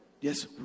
yes